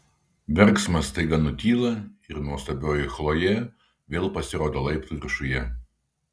verksmas staiga nutyla ir nuostabioji chlojė vėl pasirodo laiptų viršuje